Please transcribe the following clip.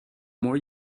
more